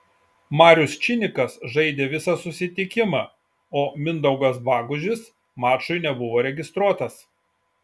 marius činikas žaidė visą susitikimą o mindaugas bagužis mačui nebuvo registruotas